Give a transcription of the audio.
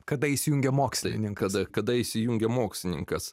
kada įsijungia mokslininkas kada įsijungia mokslininkas